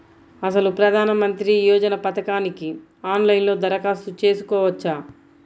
అసలు ప్రధాన మంత్రి యోజన పథకానికి ఆన్లైన్లో దరఖాస్తు చేసుకోవచ్చా?